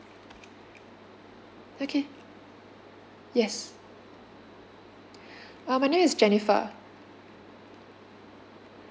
okay yes uh my name is jennifer